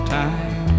time